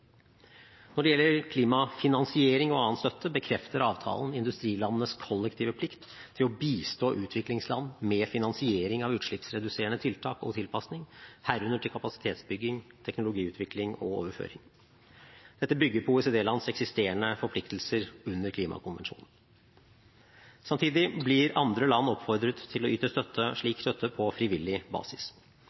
Når det gjelder klimafinansiering og annen støtte, bekrefter avtalen industrilandenes kollektive plikt til å bistå utviklingsland med finansiering av utslippsreduserende tiltak og tilpasning, herunder til kapasitetsbygging og teknologiutvikling og -overføring. Dette bygger på OECD-lands eksisterende forpliktelser under klimakonvensjonen. Samtidig blir andre land oppfordret til å yte slik støtte på frivillig basis.